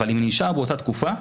אבל אם אני נשאר באותה תקופה,